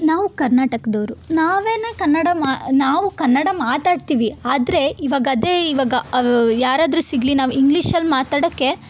ನಾವು ಕರ್ನಾಟಕದವ್ರು ನಾವೇ ಕನ್ನಡ ಮಾ ನಾವು ಕನ್ನಡ ಮಾತಾಡ್ತೀವಿ ಆದರೆ ಇವಾಗ ಅದೇ ಇವಾಗ ಯಾರಾದ್ರೂ ಸಿಗಲಿ ನಾವು ಇಂಗ್ಲಿಷಲ್ಲಿ ಮಾತಾಡೋಕ್ಕೆ